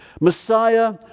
Messiah